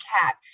cat